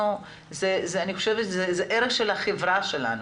זה ערך של החברה שלנו.